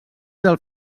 del